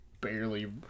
barely